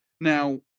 Now